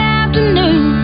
afternoon